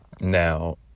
now